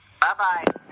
bye-bye